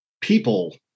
people